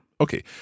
Okay